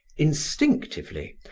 instinctively,